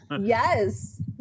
Yes